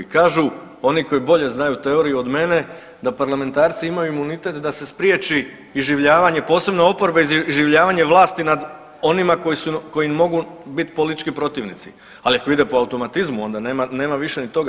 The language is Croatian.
Kažu oni koji bolje znaju teoriju od mene da parlamentarci imaju imunitet da se spriječi iživljavanje posebno oporbe iživljavanje vlasti nad onima koji im mogu biti politički protivnici, ali ako ide po automatizmu onda nema više ni toga.